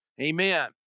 Amen